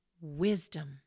wisdom